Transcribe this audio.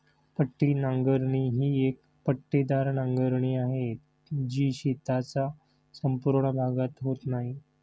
पट्टी नांगरणी ही एक पट्टेदार नांगरणी आहे, जी शेताचा संपूर्ण भागात होत नाही